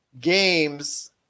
games